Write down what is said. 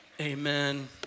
Amen